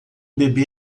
bebê